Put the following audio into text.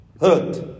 hurt